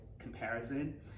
Comparison